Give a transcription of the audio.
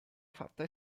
fatta